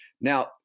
Now